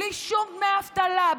בלי שום דמי אבטלה,